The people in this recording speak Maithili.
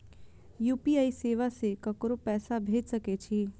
यू.पी.आई सेवा से ककरो पैसा भेज सके छी?